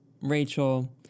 Rachel